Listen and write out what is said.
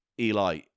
Eli